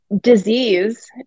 disease